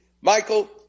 Michael